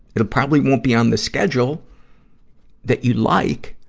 it'll probably won't be on the schedule that you'd like.